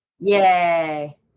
Yay